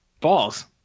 balls